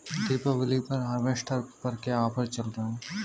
दीपावली पर हार्वेस्टर पर क्या ऑफर चल रहा है?